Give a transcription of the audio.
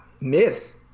miss